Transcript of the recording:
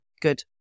good